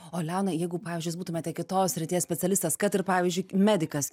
o leonai jeigu pavyzdžiui jūs būtumėte kitos srities specialistas kad ir pavyzdžiui medikas